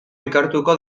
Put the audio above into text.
ikertuko